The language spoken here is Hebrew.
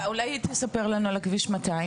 אולי היא תספר לנו על כביש 200?